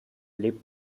lebt